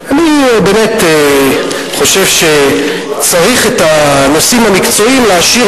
אני באמת חושב שאת הנושאים המקצועיים צריך להשאיר